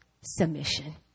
submission